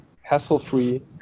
hassle-free